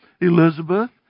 Elizabeth